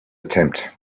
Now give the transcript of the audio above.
attempt